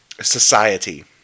society